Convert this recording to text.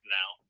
now